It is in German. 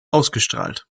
ausgestrahlt